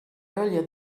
earlier